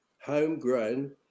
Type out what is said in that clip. homegrown